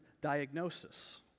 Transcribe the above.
diagnosis